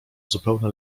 zupełne